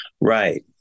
Right